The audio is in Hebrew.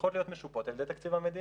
הולכות להיות משופות על ידי תקציב המדינה.